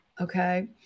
Okay